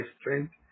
strength